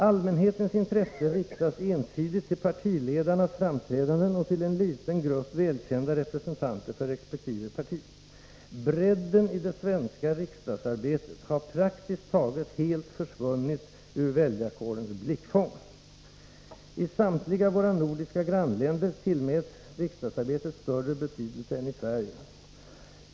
Allmänhetens intresse riktas ensidigt till partiledarnas framträdanden och till en liten grupp välkända representanter för respektive parti. Bredden i det svenska riksdagsarbetet har praktiskt taget helt försvunnit ur väljarkårens blickfång. ——-— I samtliga våra nordiska grannländer tillmätes riksdagsarbetet större betydelse än i Sverige.